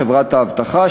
חברת האבטחה,